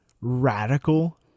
radical